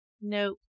Nope